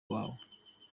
wawe